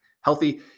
healthy